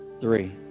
three